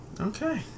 Okay